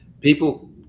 People